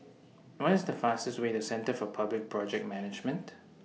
What IS The fastest Way to Centre For Public Project Management